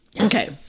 okay